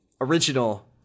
original